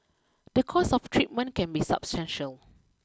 the cost of treatment can be substantial